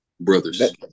brothers